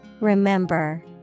Remember